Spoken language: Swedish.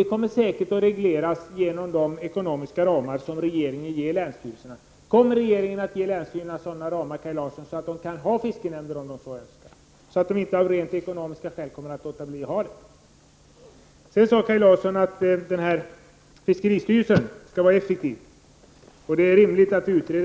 Det kommer säkert att regleras med hjälp av de ekonomiska ramar som regeringen ger länsstyrelserna. Kommer regeringen att ge länsstyrelserna sådana ramar, Kaj Larsson, så att de kan få fiskenämnder om de så önskar och så att de inte av rent ekonomiska skäl inte kommer att ha sådana? Kaj Larsson sade att fiskeristyrelsen skall vara effektiv och att det är rimligt att utreda